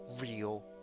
real